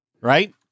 right